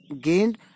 gained